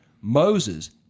Moses